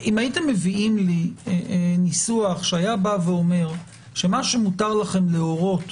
הייתם מביאים לי ניסוח שהיה אומר שמה שמותר לכם להורות